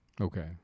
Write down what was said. Okay